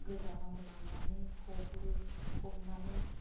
गोजानाव लांनानै फबो फबनानै